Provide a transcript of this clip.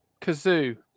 Kazoo